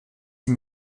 sie